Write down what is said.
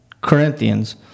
Corinthians